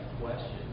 question